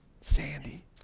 Sandy